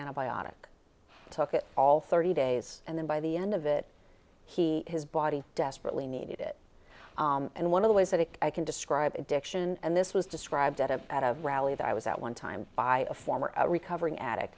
antibiotic took it all thirty days and then by the end of it he his body desperately needed it and one of the ways that i can describe addiction and this was described at a at a rally that i was at one time by a former recovering addict